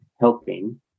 helping